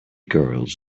girls